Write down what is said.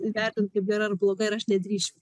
vertint kaip gera ar bloga ir aš nedrįsčiau